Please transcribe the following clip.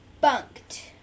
Bunked